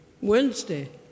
Wednesday